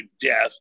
death